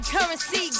Currency